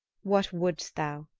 what wouldst thou?